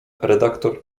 redaktor